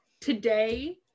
today